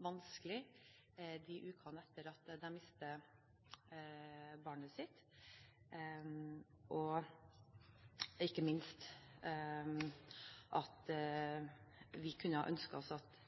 vanskelig i ukene etter at de mister barnet sitt. Og ikke minst kunne vi ønsket oss at